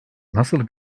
nasıl